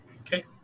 Okay